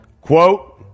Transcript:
quote